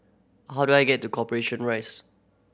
how do I get to Corporation Rise